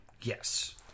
Yes